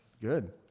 Good